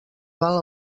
val